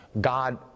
God